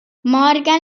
morgan